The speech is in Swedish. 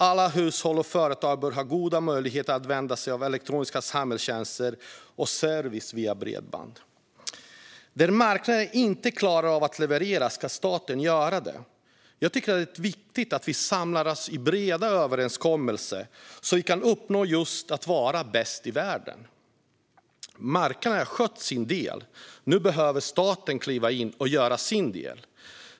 Alla hushåll och företag bör ha goda möjligheter att använda sig av elektroniska samhällstjänster och service via bredband. Där marknaden inte klarar av att leverera ska staten göra det. Jag tycker att det är viktigt att vi samlar oss i breda överenskommelser så att vi kan uppnå just att vara bäst i världen. Marknaden har skött sin del, men nu behöver staten kliva in och göra sin del.